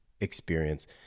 experience